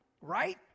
Right